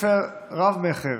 והספר רב-מכר